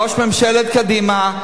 ראש ממשלת קדימה,